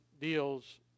deals